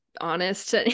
honest